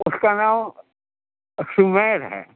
اس کا نام سمیر ہے